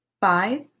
five